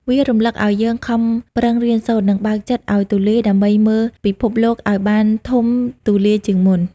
វារំលឹកឱ្យយើងខំប្រឹងរៀនសូត្រ និងបើកចិត្តឱ្យទូលាយដើម្បីមើលពិភពលោកឱ្យបានធំទូលាយជាងមុន។